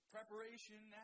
Preparation